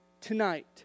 tonight